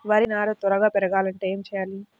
వరి నారు త్వరగా పెరగాలంటే ఏమి చెయ్యాలి?